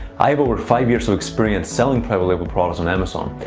i have over five years of experience selling private label products on amazon.